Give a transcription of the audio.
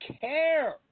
care